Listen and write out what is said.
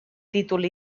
títol